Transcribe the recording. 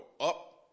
up